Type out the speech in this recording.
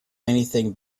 anything